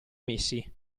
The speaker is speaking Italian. messi